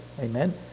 Amen